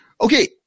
Okay